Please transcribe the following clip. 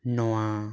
ᱱᱚᱣᱟ